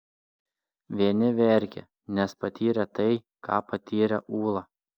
vieni verkė nes patyrė tai ką patyrė ūla